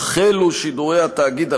יחלו שידורי התאגיד,